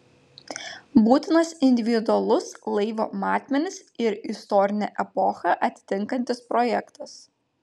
būtinas individualus laivo matmenis ir istorinę epochą atitinkantis projektas